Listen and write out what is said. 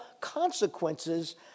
consequences